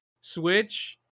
switch